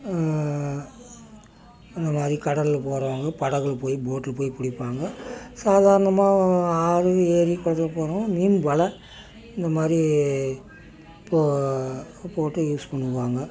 இந்த மாதிரி கடலில் போகறவங்க படகில் போய் போட்டில் போய் பிடிப்பாங்க சாதாரணமா ஆறு ஏரி குளத்துல போணும் மீன் வலை இந்த மாதிரி போ போட்டு யூஸ் பண்ணுவாங்க